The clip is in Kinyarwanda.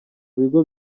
bigo